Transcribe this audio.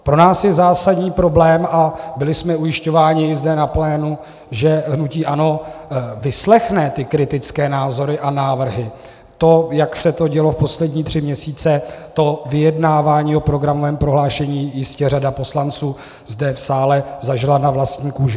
Pro nás je zásadní problém a byli jsme ujišťováni zde na plénu, že hnutí ANO vyslechne ty kritické názory a návrhy to, jak se to dělo poslední tři měsíce, to vyjednávání o programovém prohlášení jistě řada poslanců zde v sále zažila na vlastní kůži.